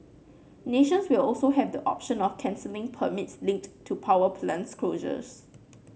nations will also have the option of cancelling permits linked to power plant closures